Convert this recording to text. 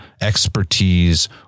expertise